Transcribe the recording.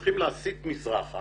אנחנו הולכים להסיט מזרחה